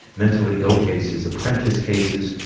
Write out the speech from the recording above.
mentally ill cases, apprentice cases,